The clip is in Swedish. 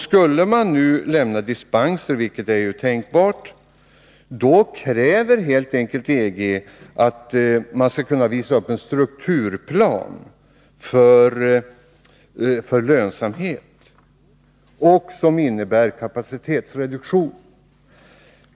Skall det nu lämnas dispenser, vilket är tänkbart, kräver EG helt enkelt att man skall visa upp en strukturplan för lönsamhet, innebärande en kapacitetsreduktion.